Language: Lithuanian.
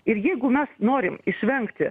ir jeigu mes norim išvengti